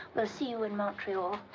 we'll see you in montreal.